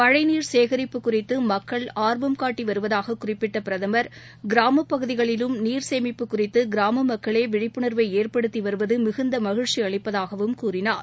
மழைநீர் சேகரிப்பு குறித்துமக்கள் ஆர்வம் காட்டி வருவதாக குறிப்பிட்ட பிரதமர் கிராமப் பகுதிகளிலும் நீர் சேமிப்பு குறித்து கிராம மக்களே விழிப்புனர்வை ஏற்படுத்தி வருவது மிகுந்த மகிழ்ச்சி அளிப்பதாகவும் கூறினார்